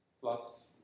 plus